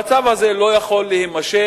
המצב הזה לא יכול להימשך.